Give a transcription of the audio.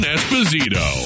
Esposito